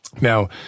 Now